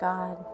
God